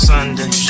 Sunday